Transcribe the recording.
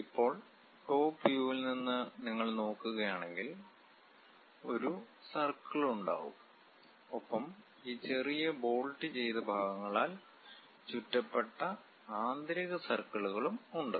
ഇപ്പോൾ ടോപ് വുവിൽ നിന്ന് നിങ്ങൾ നോക്കുകയാണെങ്കിൽ ഒരു സർക്കിൾ ഉണ്ടാകും ഒപ്പം ഈ ചെറിയ ബോൾട്ട് ചെയ്ത ഭാഗങ്ങളാൽ ചുറ്റപ്പെട്ട ആന്തരിക സർക്കിളുകളും ഉണ്ട്